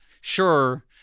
sure